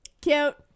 Cute